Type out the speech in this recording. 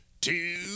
Two